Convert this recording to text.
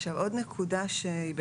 עוד נקודה שלא